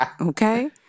Okay